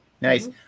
Nice